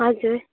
हजुर